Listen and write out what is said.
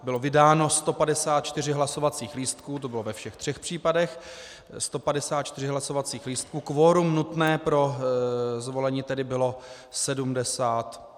Bylo vydáno 154 hlasovacích lístků, to bylo ve všech třech případech, 154 hlasovacích lístků, kvorum nutné pro zvolení tedy bylo 78.